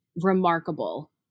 remarkable